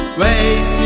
Wait